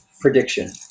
prediction